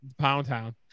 Poundtown